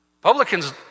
Publicans